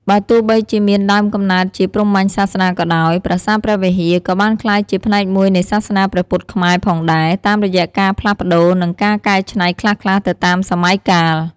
បើទោះបីជាមានដើមកំណើតជាព្រាហ្មណ៍សាសនាក៏ដោយ ប្រាសាទព្រះវិហារ ក៏បានក្លាយជាផ្នែកមួយនៃសាសនាព្រះពុទ្ធខ្មែរផងដែរ តាមរយៈការផ្លាស់ប្តូរ និងការកែច្នៃខ្លះៗទៅតាមសម័យកាល។។